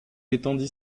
étendit